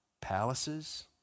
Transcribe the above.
palaces